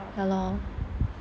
so ya lor